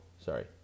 sorry